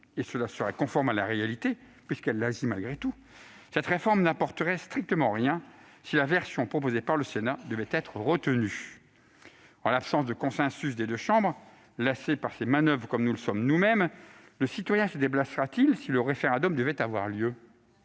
serait conforme à la réalité, puisqu'elle le fait malgré tout, mais cette réforme n'apporterait strictement rien si la version proposée par le Sénat devait être retenue. En l'absence de consensus des deux chambres, et lassé par ces manoeuvres comme nous le sommes nous-mêmes, le citoyen se déplacera-t-il si le référendum devait avoir lieu ?